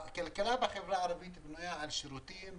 הכלכלה בחברה הערבית בנויה על שירותים,